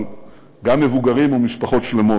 אבל גם מבוגרים ומשפחות שלמות.